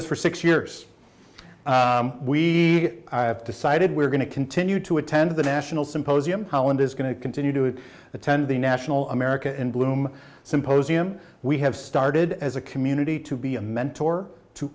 this for six years we decided we're going to continue to attend the national symposium holland is going to continue to attend the national america in bloom symposium we have started as a community to be a mentor to